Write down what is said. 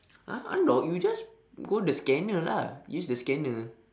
!huh! unlock you just go the scanner lah use the scanner